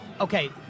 Okay